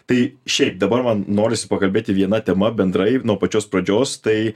tai šiaip dabar man norisi pakalbėti viena tema bendrai nuo pačios pradžios tai